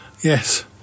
yes